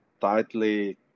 tightly